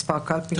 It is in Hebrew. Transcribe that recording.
מספר קלפי.